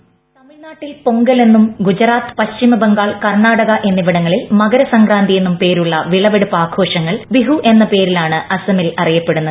voice തമിഴ്നാട്ടിൽ പൊങ്കൽ എന്നും ഗുജറാത്ത് പശ്ചിമബംഗാൾ കർണാടക എന്നിവിടങ്ങളിൽ മകര സംക്രാന്തിയെന്നും പേരുള്ള വിളവെടുപ്പ് ആഘോഷങ്ങൾ ബിഹു എന്ന പേരിൽ ആണ് അസമിൽ ് അറിയപ്പെടുന്നത്